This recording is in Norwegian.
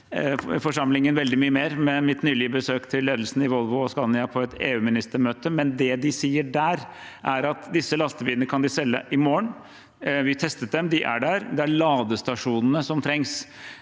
forsamlingen veldig mye mer med mitt nylige besøk til ledelsen i Volvo og Scania på et EU-minister møte, men det de sier der, er at disse lastebilene kan de selge i morgen. Vi testet dem, de er der. Det er ladestasjonene som trengs.